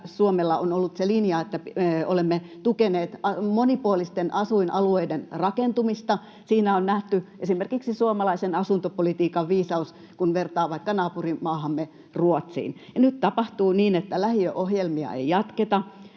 Suomella on ollut se linja, että olemme tukeneet monipuolisten asuinalueiden rakentumista. Siinä on nähty esimerkiksi suomalaisen asuntopolitiikan viisaus, kun vertaa vaikka naapurimaahamme Ruotsiin. Ja nyt tapahtuu niin, että lähiöohjelmia ei jatketa,